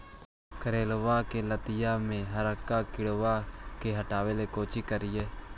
करेलबा के लतिया में हरका किड़बा के हटाबेला कोची करिए?